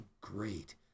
great